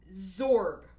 Zorb